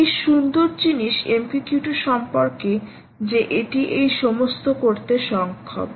এই সুন্দর জিনিস MQTT সম্পর্কে যে এটি এই সমস্ত করতে সক্ষম